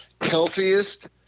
healthiest